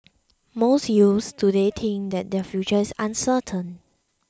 most youths today think that their future is uncertain